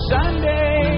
Sunday